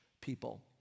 people